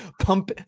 pump